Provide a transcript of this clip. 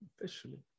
Officially